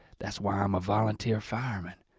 that's why i'm a volunteer fireman.